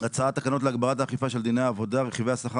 הצעת תקנות להגברת האכיפה של דיני העבודה (רכיבי השכר